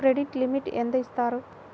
Credit limit ఎంత ఇస్తారు?